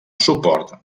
suport